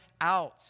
out